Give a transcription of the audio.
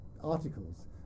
articles